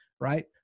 right